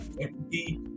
empty